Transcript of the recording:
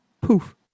poof